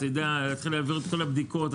צריך להעביר את כל הבדיקות,